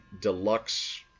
deluxe